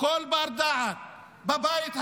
בבית הזה: